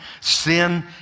Sin